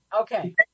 Okay